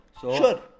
Sure